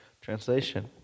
Translation